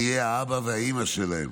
נהיה האבא והאימא שלהם.